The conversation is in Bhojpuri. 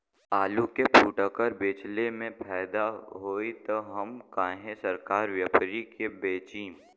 आलू के फूटकर बेंचले मे फैदा होई त हम काहे सरकारी व्यपरी के बेंचि?